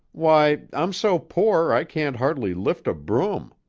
why, i'm so poor i can't hardly lift a broom.